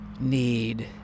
need